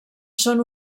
són